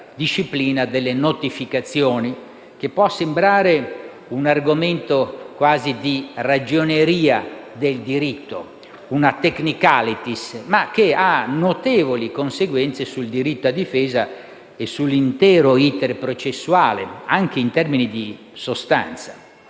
disciplina delle notificazioni, che può sembrare un argomento quasi di ragioneria del diritto, una *technicality*, ma ha notevoli conseguenze sul diritto alla difesa e sull'intero *iter* processuale, anche in termini di sostanza.